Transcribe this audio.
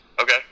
Okay